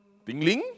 tingling